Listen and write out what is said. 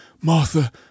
Martha